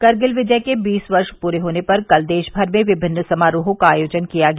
कारगिल विजय के बीस वर्ष पूरे होने पर कल देश भर में विभिन्न समारोहों का आयोजन किया गया